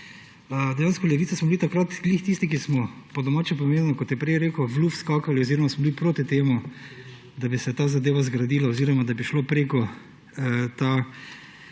Dejansko Levica smo bili takrat tisti, ki smo ‒ po domače povedano, kot je prej rekel ‒ v luft skakali oziroma smo bili proti temu, da bi se ta zadeva zgradila oziroma da bi šel ta